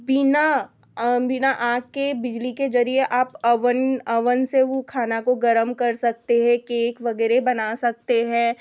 बिना बिना आग के बिजली के जरिए आप अवन अवन से वह खाना को गर्म कर सकते हैं केक वगैरह बना सकते हैं